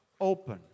open